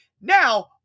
Now